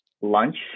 lunch